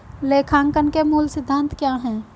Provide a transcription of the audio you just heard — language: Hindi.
लेखांकन के मूल सिद्धांत क्या हैं?